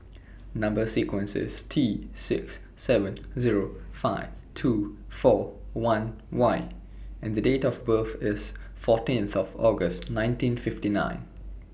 Number sequence IS T six seven Zero five two four one Y and Date of birth IS fourteenth of August nineteen fifty nine